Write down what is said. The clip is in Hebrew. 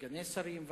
סגני שרים,